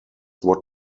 what